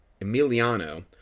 emiliano